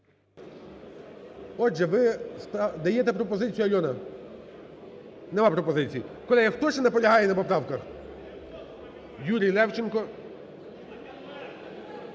Отже, ви даєте пропозицію, Альона? Немає пропозиції. Колеги, хто ще наполягає на поправках? Юрій Левченко.